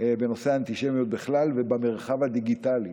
בנושא האנטישמיות בכלל ובמרחב הדיגיטלי,